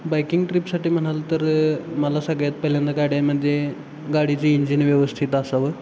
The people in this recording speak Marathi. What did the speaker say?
बाईकिंग ट्रीपसाठी म्हणाल तर मला सगळ्यात पहिल्यांदा गाड्यामध्ये गाडीचं इंजिन व्यवस्थित असावं